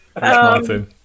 Martin